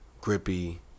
Grippy